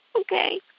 Okay